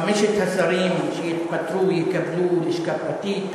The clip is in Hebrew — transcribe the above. חמשת השרים שיתפטרו יקבלו לשכה פרטית,